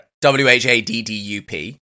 W-H-A-D-D-U-P